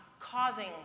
causing